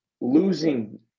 losing